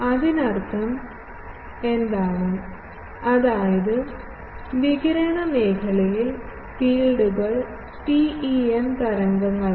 അർത്ഥം എന്താണ് അതായത് വികിരണ മേഖലയിൽ ഫീൽഡുകൾ TEM തരംഗങ്ങളാണ്